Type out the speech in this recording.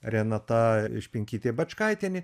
renata špinkytė bačkaitienė